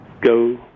go